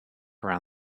around